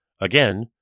Again